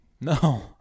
No